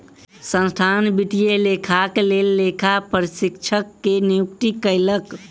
संस्थान वित्तीय लेखाक लेल लेखा परीक्षक के नियुक्ति कयलक